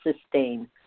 sustain